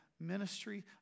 ministry